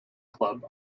club